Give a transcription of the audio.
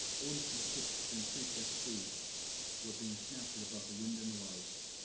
orders for the ships to increase their speed were being shouted above the wind and the waves.